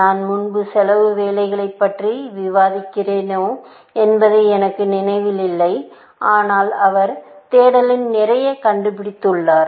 நான் முன்பு செலவு வேலைகளைப் பற்றி விவாதித்திருக்கிறேனா என்பது எனக்கு நினைவில் இல்லை ஆனால் அவர் தேடலில் நிறைய கண்டுபிடித்துள்ளார்